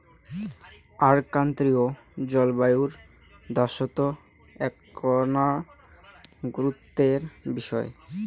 আর ক্রান্তীয় জলবায়ুর দ্যাশত এ্যাকনা গুরুত্বের বিষয়